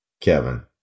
Kevin